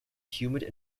humid